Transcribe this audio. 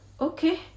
okay